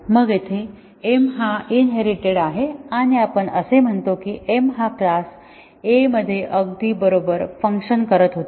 मग येथे m हा इनहेरिटेड आहे आणि आपण असे म्हणतो की m हा क्लास A मध्ये अगदी बरोबर फंक्शन करत होता